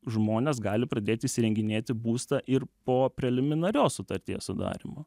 žmonės gali pradėti įsirenginėti būstą ir po preliminarios sutarties sudarymo